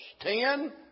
Ten